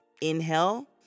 Inhale